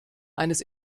eines